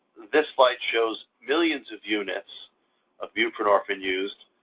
this slide shows millions of units of buprenorphine used.